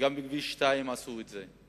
גם בכביש 2 עשו את זה.